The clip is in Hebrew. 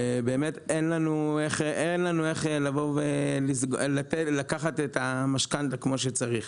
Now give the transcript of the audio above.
אין לנו איך לקחת משכנתה כמו שצריך.